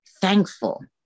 thankful